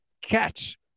catch